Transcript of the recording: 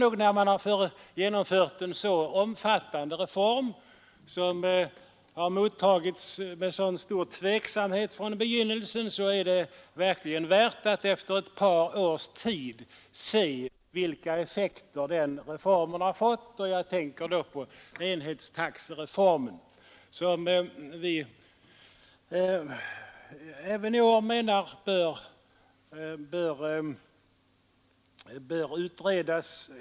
När man genomfört en så omfattande reform, som från begynnelsen har mottagits «med stor tveksamhet, tycker vi nog att det är värt att efter ett par års tid se efter vilka effekter den reformen fått. Jag tänker då på enhetstaxereformen, vars effekter vi även i år anser bör utredas.